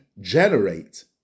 generate